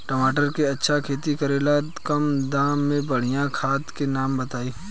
टमाटर के अच्छा खेती करेला कम दाम मे बढ़िया खाद के नाम बताई?